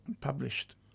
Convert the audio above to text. published